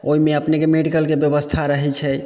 ओइमे अपनेके मेडिकलके व्यवस्था रहै छै